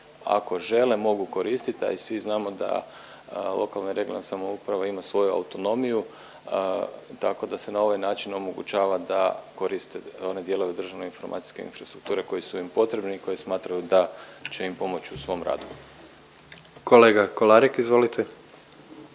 ako žele mogu koristiti a i svi znamo da lokalne i regionalna samouprava ima svoju autonomiju, tako da se na ovaj način omogućava da koriste one dijelove državne informacijske infrastrukture koji su im potrebni i koji smatraju da će im pomoći u svom radu. **Jandroković,